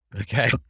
okay